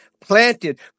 planted